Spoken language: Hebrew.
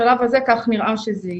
בשלב הזה, כך נראה שזה יהיה.